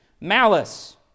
Malice